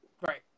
Right